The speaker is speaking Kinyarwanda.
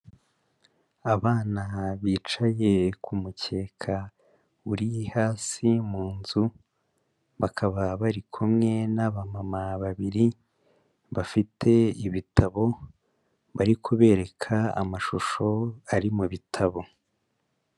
Abana bicaye kumukeka uri hasi mu nzu, bakaba bari kumwe n'abamama babiri, bafite ibitabo, bari kubereka amashusho ari mu bitabo.